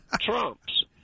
Trumps